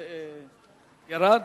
ירד?